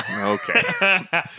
Okay